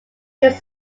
was